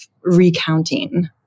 recounting